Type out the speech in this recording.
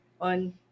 on